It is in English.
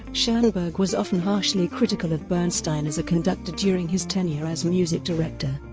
schonberg was often harshly critical of bernstein as a conductor during his tenure as music director.